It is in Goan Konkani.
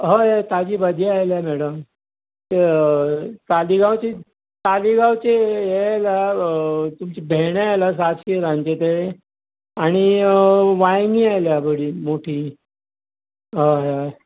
हय हय ताजी भाजी आयल्या मॅडम हय तालिगांवचीच तालिगांवची हे आयला तुमचे भेंडे आयला सात ताळगांचें ते आनी वायंगीं आयला बरी मोठी हय हय